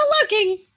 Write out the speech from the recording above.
looking